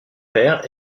père